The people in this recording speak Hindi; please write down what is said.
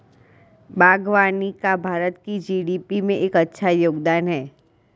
बागवानी का भारत की जी.डी.पी में एक अच्छा योगदान है